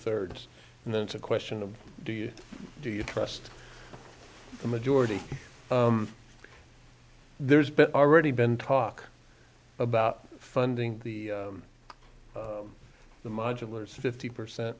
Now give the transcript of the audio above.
thirds and then it's a question of do you do you trust the majority there's already been talk about funding the the modulars fifty percent